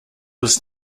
was